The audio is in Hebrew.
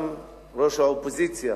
גם ראש האופוזיציה